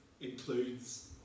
includes